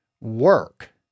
work